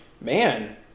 man